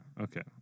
okay